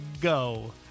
go